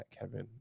Kevin